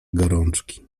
gorączki